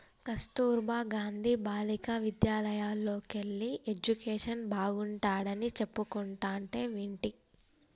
కస్తుర్బా గాంధీ బాలికా విద్యాలయల్లోకెల్లి ఎడ్యుకేషన్ బాగుంటాడని చెప్పుకుంటంటే వింటి